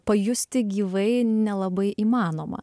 pajusti gyvai nelabai įmanoma